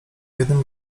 jednym